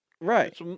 Right